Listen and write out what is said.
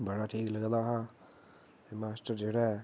बड़ा ठीक लगदा हा कि जे मास्टर जेह्ड़ा ऐ